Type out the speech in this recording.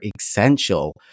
essential